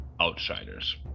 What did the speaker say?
outsiders